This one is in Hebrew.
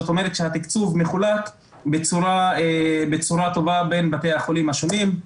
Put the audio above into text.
זאת אומרת שהתקצוב מחולק בצורה טובה בין בתי החולים השונים.